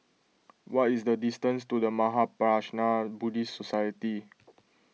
what is the distance to the Mahaprajna Buddhist Society